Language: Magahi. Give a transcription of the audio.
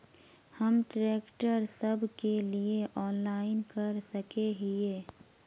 हम ट्रैक्टर सब के लिए ऑनलाइन कर सके हिये?